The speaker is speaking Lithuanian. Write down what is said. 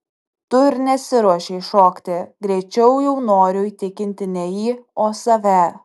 tu ir nesiruošei šokti greičiau jau noriu įtikinti ne jį o save